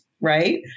right